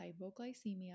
Hypoglycemia